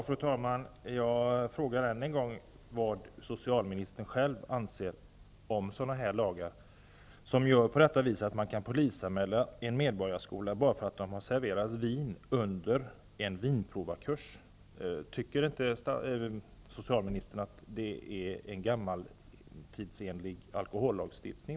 Fru talman! Jag frågar än en gång vad socialministern själv anser om lagar som gör att man kan polisanmäla Medborgarskolan bara för att vin serverats under en vinprovarkurs. Tycker inte socialministern att vi har en otidsenlig alkohollagstiftning?